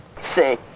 see